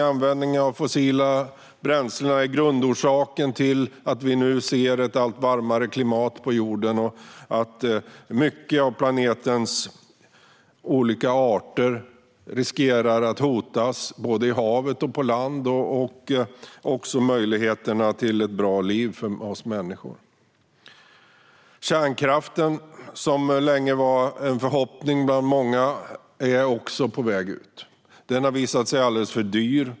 Användningen av fossila bränslen är grundorsaken till att vi nu ser ett allt varmare klimat på jorden och att många av planetens olika arter, både i havet och på land, riskerar att hotas liksom möjligheterna till ett bra liv för oss människor. Kärnkraften, som länge var en förhoppning bland många, är också på väg ut. Den har visat sig alldeles för dyr.